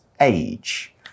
age